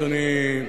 אדוני,